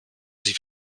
sie